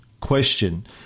question